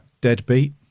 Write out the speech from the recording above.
Deadbeat